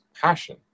passion